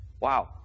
Wow